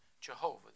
Jehovah